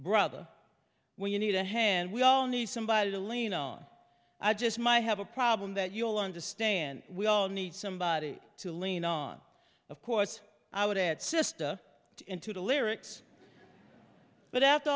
brother when you need a hand we all need somebody to lean on i just my have a problem that you'll understand we all need somebody to lean on of course i would add sista into the lyrics but after